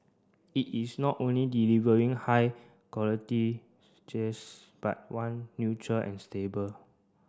it is not only delivering high quality but one neutral and stable